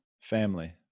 Family